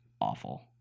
awful